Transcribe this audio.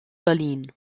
berlin